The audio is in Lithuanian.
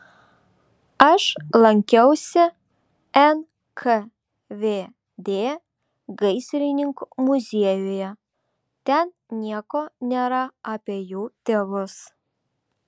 aš lankiausi nkvd gaisrininkų muziejuje ten nieko nėra apie jų tėvus